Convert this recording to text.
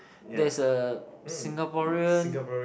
there's a Singaporean